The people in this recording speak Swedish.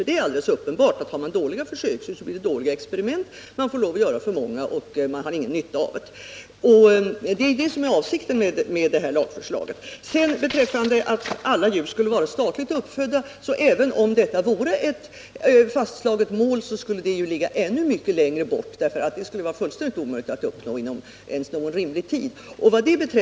Det är ju alldeles uppenbart att har man dåliga försöksdjur så blir det också dåliga experiment. Man måste då göra många sådana och har magert utbyte av det hela. Det är detta som ligger bakom lagförslaget. Om det sedan vore ett fastslaget mål att alla djur skulle vara statligt uppfödda så skulle det målet ligga ännu mycket längre bort — det skulle vara fullständigt omöjligt att uppnå det målet inom rimlig tid.